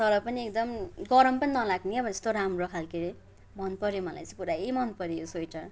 तर पनि एकदम गरम पनि नलाग्ने अब यस्तो राम्रो खालके मनपऱ्यो मलाई चाहिँ पुरै मनपऱ्यो यो स्वेटर